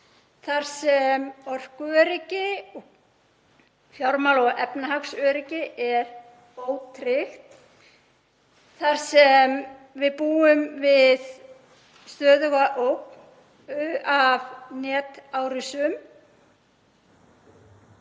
þar sem orkuöryggi og fjármála- og efnahagsöryggi er ótryggt, þar sem við búum við stöðuga ógn af netárásum,